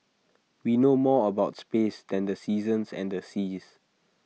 we know more about space than the seasons and the seas